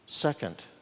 Second